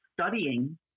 studying